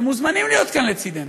אתם מוזמנים להיות כאן לצדנו,